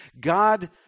God